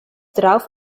drauf